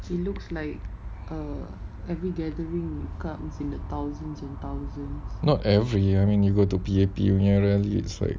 like not every I mean you got to be a premium rally inside